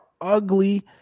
ugly